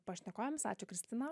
pašnekovėms ačiū kristina